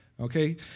Okay